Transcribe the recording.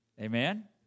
Amen